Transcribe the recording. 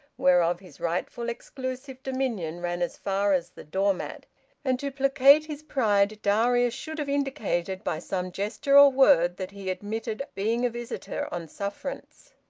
whereof his rightful exclusive dominion ran as far as the door-mat and to placate his pride darius should have indicated by some gesture or word that he admitted being a visitor on sufferance.